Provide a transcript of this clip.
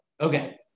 Okay